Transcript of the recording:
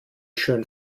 schön